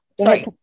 Sorry